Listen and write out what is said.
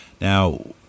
Now